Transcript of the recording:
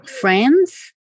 friends